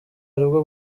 aribwo